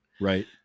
right